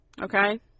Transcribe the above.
okay